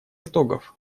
итогов